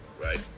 right